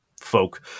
folk